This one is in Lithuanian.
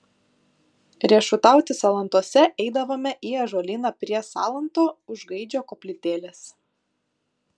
riešutauti salantuose eidavome į ąžuolyną prie salanto už gaidžio koplytėlės